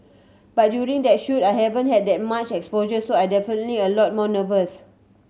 but during that shoot I haven't had that much exposure so I definitely a lot more nervous